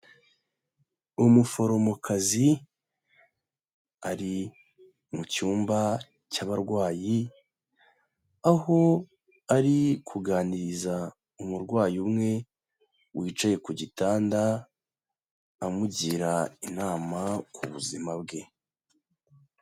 Umuforomokazi ari mu cyumba cy'abarwayi, aho ari kuganiriza umurwayi umwe wicaye ku gitanda, amugira inama ku buzima bwe.